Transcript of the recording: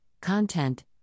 content